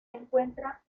encuentra